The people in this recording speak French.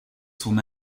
son